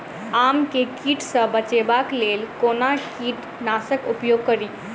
आम केँ कीट सऽ बचेबाक लेल कोना कीट नाशक उपयोग करि?